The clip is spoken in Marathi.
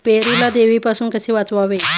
पेरूला देवीपासून कसे वाचवावे?